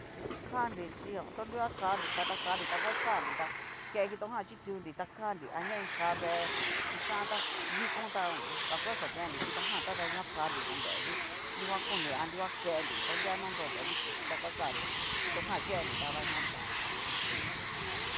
Kanri chí to nguan kanri katakanri tavaxanrita ke kitojan chitunri ta kanri aña inka vee iin xhántá dikon tá pus afuerza kenri kitojan tada nguan kanri konrenri ni nguan koni a nunguan kenri to noguan nonrodo dikichí ta nguaxanri tá kitojan kennri tada nguan xanri.